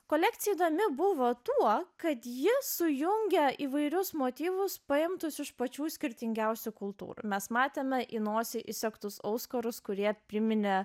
kolekcija įdomi buvo tuo kad ji sujungia įvairius motyvus paimtus iš pačių skirtingiausių kultūrų mes matėme į nosį įsegtus auskarus kurie priminė